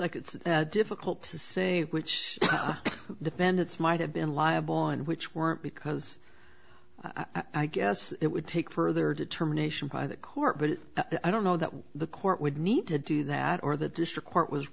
like it's difficult to say which defendants might have been liable and which weren't because i guess it would take further determination by the court but i don't know that the court would need to do that or the district court was